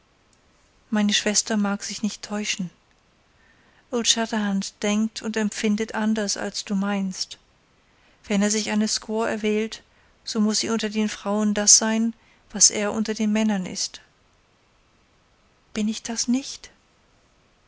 meine schwester mag sich nicht täuschen old shatterhand denkt und empfindet anders als du meinst wenn er sich eine squaw erwählt so muß sie unter den frauen das sein was er unter den männern ist bin ich das nicht